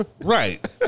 Right